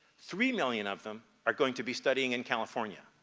three million of them are going to be studying in california.